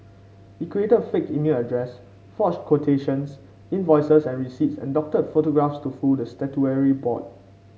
he created fake email addresses forged quotations invoices and receipts and doctored photographs to fool the statutory board